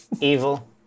Evil